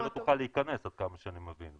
אתה לא תוכל להכנס עד כמה שאני מבין.